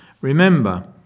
Remember